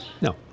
no